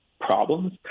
problems